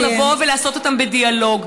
צריך לבוא ולעשות אותם בדיאלוג.